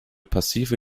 passive